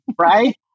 Right